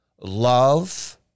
love